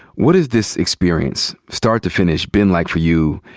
what has this experience, start to finish, been like for you,